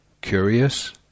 curious